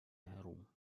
herum